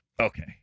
Okay